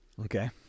Okay